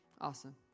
Awesome